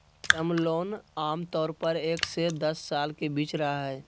term loan आमतौर पर एक से दस साल के बीच रहय हइ